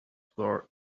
floor